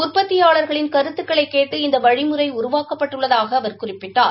உர்பத்தியாளர்களின் கருத்துக்களைக் கேட்டு இந்த வழிமுறை உருவாக்கப்பட்டுள்ளதாக அவர் குறிப்பிட்டார்